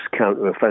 counteroffensive